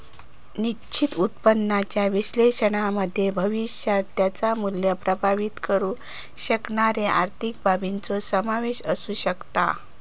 निश्चित उत्पन्नाच्या विश्लेषणामध्ये भविष्यात त्याचा मुल्य प्रभावीत करु शकणारे आर्थिक बाबींचो समावेश असु शकता